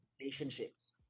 relationships